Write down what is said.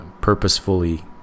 purposefully